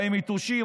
באים יתושים,